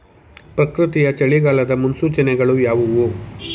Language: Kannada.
ಪ್ರಕೃತಿಯ ಚಳಿಗಾಲದ ಮುನ್ಸೂಚನೆಗಳು ಯಾವುವು?